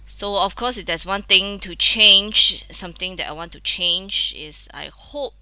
so of course if there's one thing to change something that I want to change is I hope